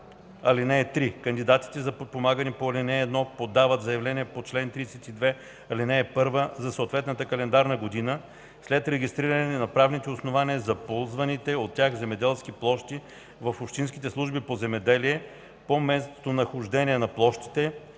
„(3) Кандидатите за подпомагане по ал. 1 подават заявление по чл. 32, ал. 1 за съответната календарна година, след регистриране на правните основания за ползваните от тях земеделски площи в общинските служби по земеделие по местонахождение на площите,